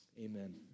Amen